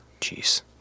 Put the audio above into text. Jeez